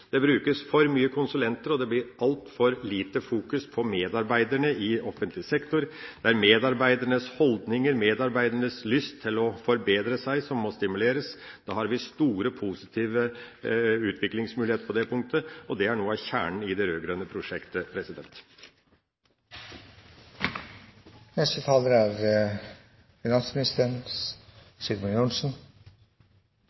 for å bruke systemene knyttet til konsulentvirksomhet. Det brukes for mange konsulenter, og medarbeiderne i offentlig sektor får altfor lite oppmerksomhet. Det er medarbeidernes holdninger, medarbeidernes lyst til å forbedre seg, som må stimuleres. På det punktet har vi store, positive utviklingsmuligheter, og det er noe av kjernen i det rød-grønne prosjektet.